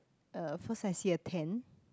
uh first I see a tent